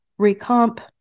recomp